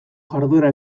jarduera